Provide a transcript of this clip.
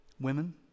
Women